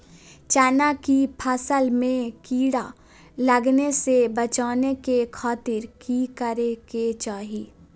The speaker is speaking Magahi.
चना की फसल में कीड़ा लगने से बचाने के खातिर की करे के चाही?